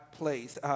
place